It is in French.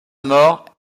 mort